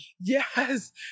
Yes